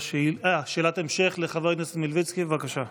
שאלת המשך לחבר הכנסת מלביצקי, בבקשה.